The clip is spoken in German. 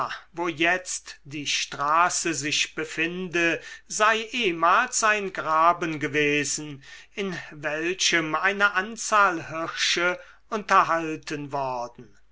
wo jetzt die straße sich befinde sei ehmals ein graben gewesen in welchem eine anzahl hirsche unterhalten worden